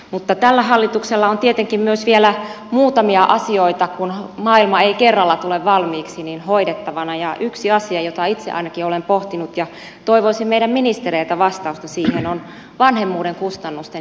mutta tällä hallituksella on tietenkin vielä muutamia asioita kun maailma ei kerralla tule valmiiksi hoidettavana ja yksi asia jota itse ainakin olen pohtinut ja johon toivoisin meidän ministereiltä vastausta on vanhemmuuden kustannusten jakaminen